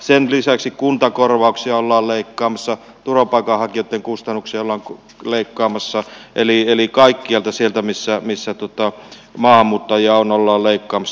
sen lisäksi kuntakorvauksia ollaan leikkaamassa turvapaikanhakijoitten kustannuksia ollaan leikkaamassa eli kaikkialta sieltä missä maahanmuuttajia on ollaan leikkaamassa